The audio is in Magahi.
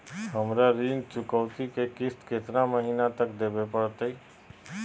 हमरा ऋण चुकौती के किस्त कितना महीना तक देवे पड़तई?